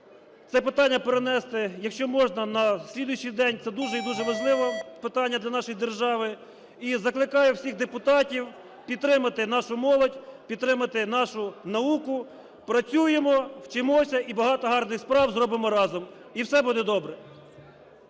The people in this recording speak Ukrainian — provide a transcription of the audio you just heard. це питання перенести, якщо можна, на слідуючий день. Це дуже і дуже важливе питання для нашої держави. І закликаю всіх депутатів підтримати нашу молодь, підтримати нашу науку. Працюємо, вчимося і багато гарних справ зробимо разом. І все буде добре.